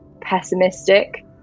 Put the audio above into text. pessimistic